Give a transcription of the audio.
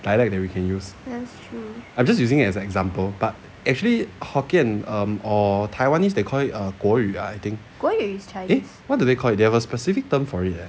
dialect that we can use I'm just using as an example but actually hokkien or taiwanese they call it uh 国语 I think eh what do they call it they've a specific term for it leh